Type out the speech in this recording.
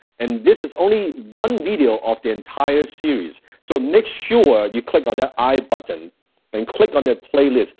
and this is only one video of the entire series. so make sure you click on that i button and click on the playlist.